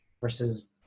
versus